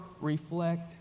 reflect